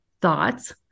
thoughts